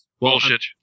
Bullshit